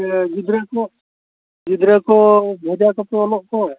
ᱥᱮ ᱜᱤᱫᱽᱨᱟᱹ ᱠᱚ ᱜᱤᱫᱽᱨᱟᱹ ᱠᱚ ᱵᱷᱮᱡᱟ ᱠᱚᱯᱮ ᱚᱞᱚᱜ ᱛᱮ